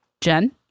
Jen